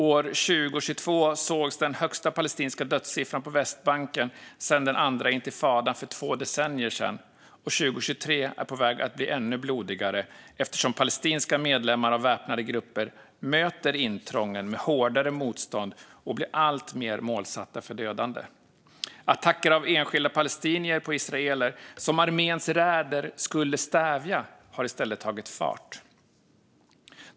År 2022 sågs den högsta palestinska dödssiffran på Västbanken sedan den andra intifadan för två decennier sedan, och 2023 är på väg att bli ännu blodigare eftersom palestinska medlemmar av väpnade grupper möter intrången med hårdare motstånd och blir alltmer inriktade på dödande. Attacker av enskilda palestinier på israeler, vilket arméns räder skulle stävja, har i stället tagit fart.